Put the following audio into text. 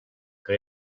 que